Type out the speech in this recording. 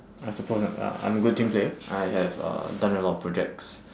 I suppose I I I'm a good team player I have uh done a lot of projects